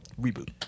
reboot